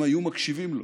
הם היו מקשיבים לו.